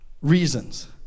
reasons